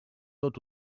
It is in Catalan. tot